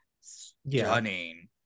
stunning